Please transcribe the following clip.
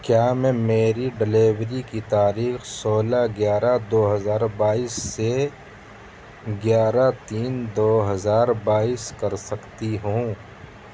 کیا میں میری ڈلیوری کی تاریخ سولہ گیارہ دو ہزار بائیس سے گیارہ تین دو ہزار بائیس کر سکتی ہوں